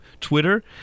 Twitter